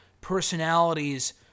personalities